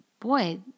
boy